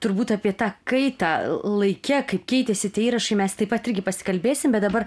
turbūt apie tą kaitą laike kaip keitėsi tie įrašai mes taip pat irgi pasikalbėsim bet dabar